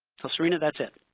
so, so i mean that's it.